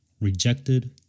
rejected